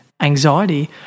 anxiety